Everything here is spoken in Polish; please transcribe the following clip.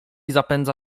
zapędza